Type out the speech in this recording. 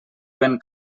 ben